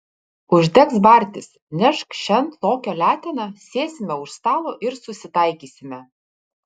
užteks bartis nešk šen lokio leteną sėsime už stalo ir susitaikysime